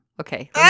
Okay